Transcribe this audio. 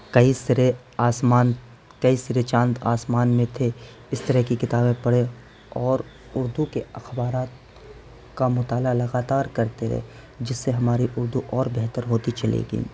کئی سرے آسمان کئی سرے چاند آسمان میں تھے اس طرح کی کتابیں پڑھے اور اردو کے اخبارات کا مطالعہ لگاتار کرتے رہے جس سے ہماری اردو اور بہتر ہوتی چلی گئی